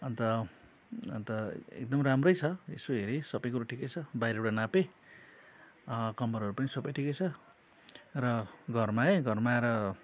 अन्त अन्त एकदम राम्रै छ यसो हेरेँ सबै कुरो ठिकै छ बाहिरबाट नापेँ कम्मरहरू पनि सबै ठिकै छ र घरमा आएँ घरमा आएर